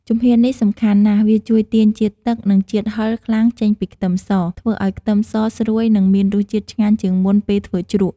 ជំហាននេះសំខាន់ណាស់ វាជួយទាញជាតិទឹក និងជាតិហឹរខ្លាំងចេញពីខ្ទឹមស ធ្វើឱ្យខ្ទឹមសស្រួយ និងមានរសជាតិឆ្ងាញ់ជាងមុនពេលធ្វើជ្រក់។